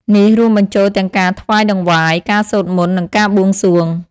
នេះរួមបញ្ចូលទាំងការថ្វាយតង្វាយ ការសូត្រមន្ត និងការបួងសួង។